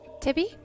Tibby